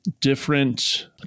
different